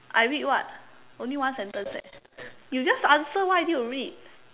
I read what only one sentence eh you just answer why I need to read